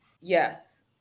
Yes